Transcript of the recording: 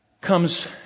comes